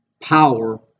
power